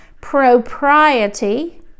propriety